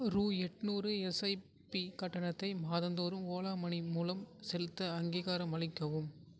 ரூ எட்நூறு எஸ்ஐபி கட்டணத்தை மாதந்தோறும் ஓலா மனி மூலம் செலுத்த அங்கீகாரம் அளிக்கவும்